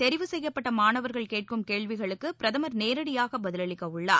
தெரிவு செய்யப்பட்ட மாணவர்கள் கேட்கும் கேள்விகளுக்கு பிரதமர் நேரடியாக பதிலளிக்கவுள்ளார்